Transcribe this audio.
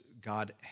God